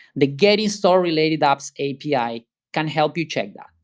the getinstalledrelatedapps api can help you check that.